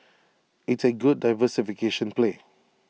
it's A good diversification play